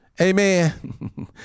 Amen